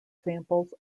examples